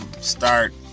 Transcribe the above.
start